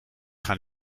gaan